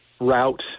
route